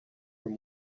from